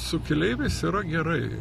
su keleiviais yra gerai